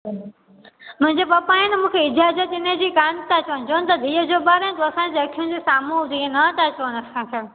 मुंहिंजे पपा आहे न मूंखे इजाज़त हिन जी कान था चवन चवनि था धीअ जो पाणि आहे असांजे अखियुनि जे साम्हूं हुजी न था चवनि त असांखे